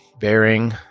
bearing